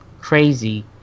crazy